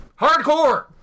Hardcore